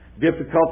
Difficulties